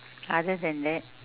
other than that